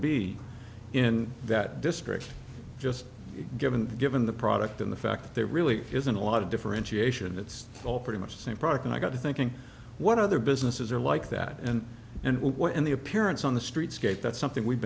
be in that description just given given the product and the fact that there really isn't a lot of differentiation it's all pretty much the same product and i got to thinking what other businesses are like that and and what in the appearance on the streets kate that's something we've